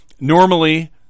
normally